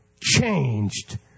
changed